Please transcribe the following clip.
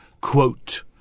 quote